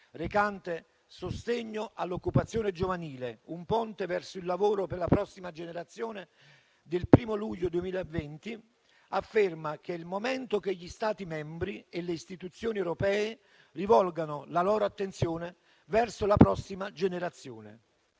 recante "Sostegno all'occupazione giovanile: un ponte verso il lavoro per la prossima generazione", del 1° luglio 2020, afferma che è il momento che gli Stati membri e le istituzioni europee rivolgono la loro attenzione verso la prossima generazione;